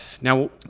Now